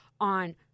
on